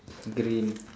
green